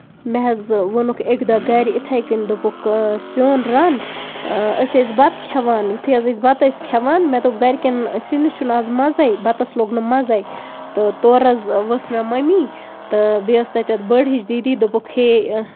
مےٚ حظ ووٚنُکھ اَکہِ دۄہ گرِ یِتھے کَن دوٚپُکھ سیُن رَن أسۍ ٲسۍ بَتہٕ کھٮ۪وان یِتھُے حظ أسۍ بَتہٕ ٲسۍ کھٮ۪وان مےٚ دوٚپ گرِ کٮ۪ن سِنِس چھُنہٕ آز مَزٕے بَتَس لوٚگ نہٕ مَزَے تہٕ تور حظ ؤژ مےٚ مٔمی تہٕ بیٚیہِ ٲسۍ تَتیتھ بٔڑ ہِش دیٖدی دوٚپُکھ ہے